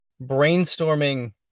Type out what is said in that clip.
brainstorming